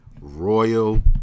Royal